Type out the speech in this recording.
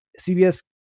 CBS